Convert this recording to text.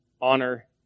honor